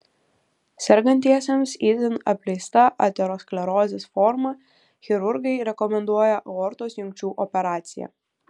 sergantiesiems itin apleista aterosklerozės forma chirurgai rekomenduoja aortos jungčių operaciją